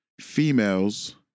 females